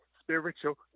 spiritual